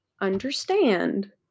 understand